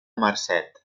marcet